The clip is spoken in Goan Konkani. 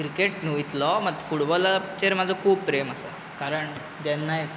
मात क्रिकेट न्हू इतलो पूण फुटबॉलाचेर म्हाजो खूब प्रेम आसा कारण जेन्नाय